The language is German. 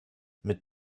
mit